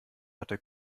hatte